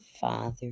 father